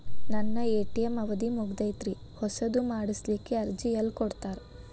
ನನ್ನ ಎ.ಟಿ.ಎಂ ಅವಧಿ ಮುಗದೈತ್ರಿ ಹೊಸದು ಮಾಡಸಲಿಕ್ಕೆ ಅರ್ಜಿ ಎಲ್ಲ ಕೊಡತಾರ?